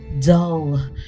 dull